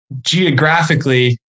Geographically